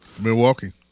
milwaukee